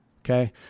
okay